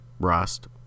rust